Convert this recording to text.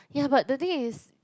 yah but the thing is